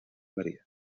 maría